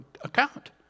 account